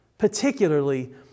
particularly